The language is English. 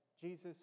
Jesus